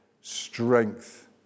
strength